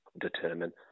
determine